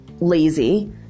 lazy